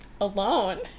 Alone